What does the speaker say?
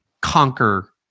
conquer